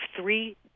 three